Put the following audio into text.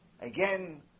again